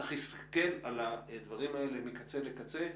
צריך להסתכל על הדברים האלה מקצה לקצה.